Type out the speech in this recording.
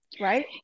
Right